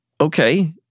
Okay